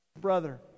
brother